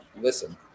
listen